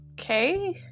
okay